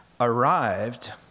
arrived